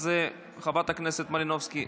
אז חברת הכנסת מלינובסקי,